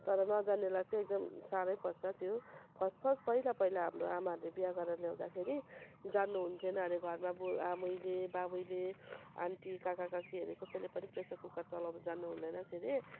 तर नजान्नेलाई चाहिँ एकदम साह्रै पर्छ त्यो फर्स्ट फर्स्ट पहिला पहिला हाम्रो आमाहरूले बिहा गरेर ल्याउँदाखेरि जान्नु हुन्थेन हरे घरमा बो आमैले बाबैले आन्टी काका काकीहरूले कसैले पनि प्रेसर कुकर चलाउनु जान्नु हुँदैन थियो हरे